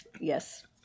Yes